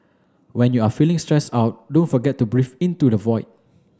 when you are feeling stressed out don't forget to breathe into the void